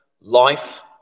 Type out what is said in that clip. life